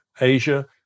Asia